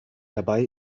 dabei